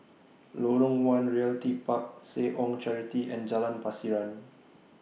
Lorong one Realty Park Seh Ong Charity and Jalan Pasiran